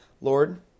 Lord